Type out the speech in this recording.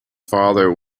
father